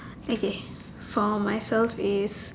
okay for myself is